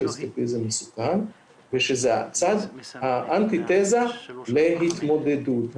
שאסקפיזם מסוכן ושזה האנטיתזה להתמודדות.